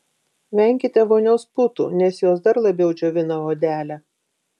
venkite vonios putų nes jos dar labiau džiovina odelę